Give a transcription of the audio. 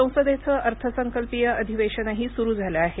संसदेचं अर्थसंकल्पीय अधिवेशनही सुरू झालं आहे